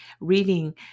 reading